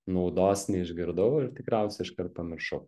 naudos neišgirdau ir tikriausia iškart pamiršau